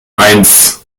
eins